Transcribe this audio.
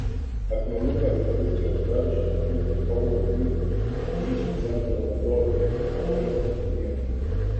akmenuką į policijos daržą įmetė kauno vyrų krizių centro vadovė danguolė bubnienė